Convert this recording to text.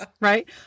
right